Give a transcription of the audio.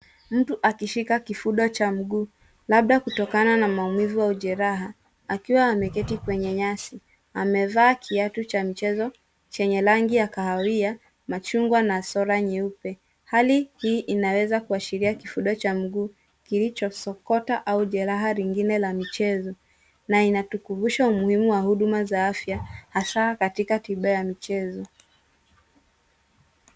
Mtu akishika kifudo cha mguu. Labda kutokana na maumivu au jeraha. Akiwa ameketi kwenye nyasi. Amwva kiatu cha mchezo, chenye langi ya kahawia, machunwa na sora nyeupe. Hali hii inaweza kuashiria kifudo cha mguu kilichosokota au jeraha ringine la michezo. Na inatukimbusha umuhimu wa huduma za afya hasa katika tiba ya michezo.